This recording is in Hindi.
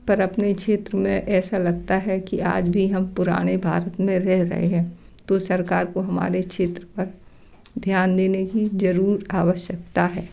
पर अपने क्षेत्र में ऐसा लगता है कि आज भी हम पुराने भारत में रह रहे हैं तो सरकार को हमारे क्षेत्र पर ध्यान देने की ज़रूर आवश्यकता है